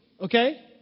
Okay